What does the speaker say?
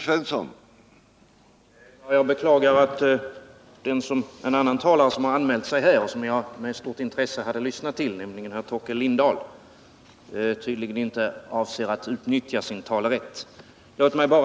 Herr talman! En annan talare som anmält sig här och till vilken jag med stort intresse skulle ha lyssnat, nämligen herr Torkel Lindahl, avser tydligen inte att utnyttja sin talarrätt, vilket jag beklagar.